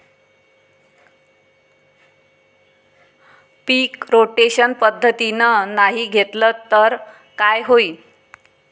पीक rotation पद्धतीनं नाही घेतलं तर काय होईन?